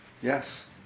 Yes